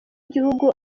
gihugu